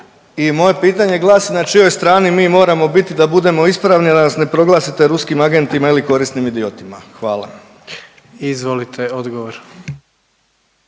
I moje pitanje glasi na čijoj strani mi moramo bit da budemo ispravni da nas ne proglasite ruskim agentima ili korisnim idiotima? Hvala. **Jandroković,